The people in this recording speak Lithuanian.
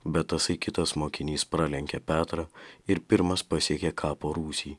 bet tasai kitas mokinys pralenkė petrą ir pirmas pasiekė kapo rūsį